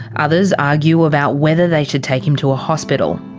others argue about whether they should take him to a hospital.